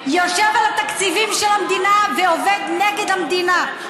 יושב על התקציבים של המדינה ועובד נגד המדינה.